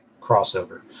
crossover